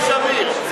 זה יצחק שמיר.